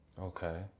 Okay